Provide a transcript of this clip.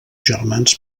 germans